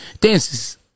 Dances